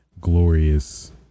glorious